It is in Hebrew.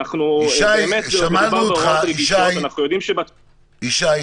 באמת מדובר בהוראות רגישות --- ישי,